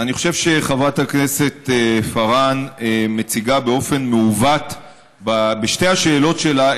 אני חושב שחברת הכנסת פארן, בשתי השאלות שלה,